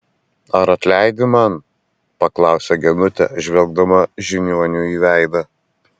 ar atleidi man paklausė genutė žvelgdama žiniuoniui į veidą